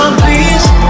please